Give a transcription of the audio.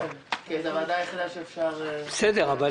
מכיוון שוועדת הכספים היא היחידה שאפשר לדון